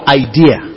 idea